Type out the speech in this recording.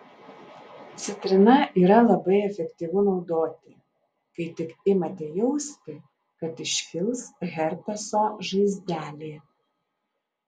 citrina yra labai efektyvu naudoti kai tik imate jausti kad iškils herpeso žaizdelė